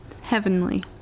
Heavenly